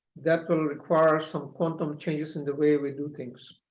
that will require some quantum changes in the way we do things.